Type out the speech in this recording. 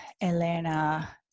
Elena